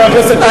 מה עשיתם?